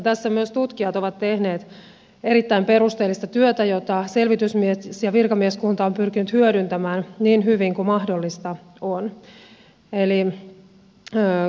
tässä myös tutkijat ovat tehneet erittäin perusteellista työtä jota selvitysmies ja virkamieskunta ovat pyrkineet hyödyntämään niin hyvin kuin mahdollista on